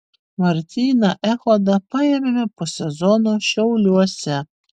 martyną echodą paėmėme po sezono šiauliuose